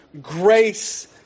grace